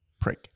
prick